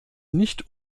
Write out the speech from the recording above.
nicht